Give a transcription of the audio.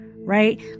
right